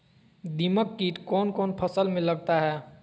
दीमक किट कौन कौन फसल में लगता है?